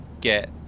get